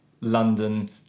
London